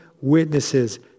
witnesses